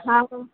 हँ